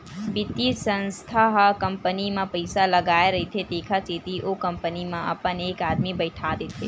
बित्तीय संस्था ह कंपनी म पइसा लगाय रहिथे तेखर सेती ओ कंपनी म अपन एक आदमी बइठा देथे